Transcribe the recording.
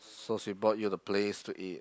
so she bought you the place to eat